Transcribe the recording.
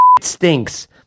stinks